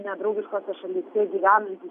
nedraugiškose šalyse gyvenantys